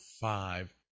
five